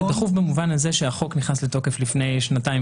זה דחוף במובן הזה שהחוק נכנס לתוקף לפני שנתיים